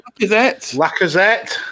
Lacazette